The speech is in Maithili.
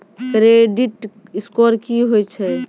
क्रेडिट स्कोर की होय छै?